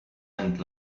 and